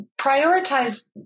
prioritize